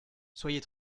soyez